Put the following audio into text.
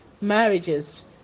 marriages